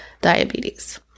diabetes